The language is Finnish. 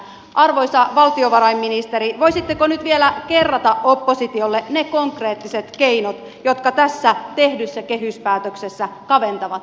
arvoisa valtiovarainministeri voisitteko nyt vielä kerrata oppositiolle ne konkreettiset keinot jotka tässä tehdyssä kehyspäätöksessä kaventavat tuloeroja